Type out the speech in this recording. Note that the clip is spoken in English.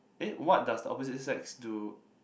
eh what does the opposite sex do